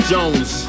Jones